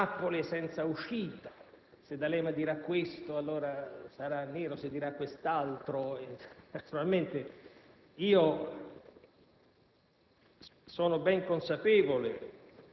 di trappole senza uscita: se D'Alema dirà questo, allora sarà vero; se dirà quest'altro, allora... e